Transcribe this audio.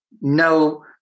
no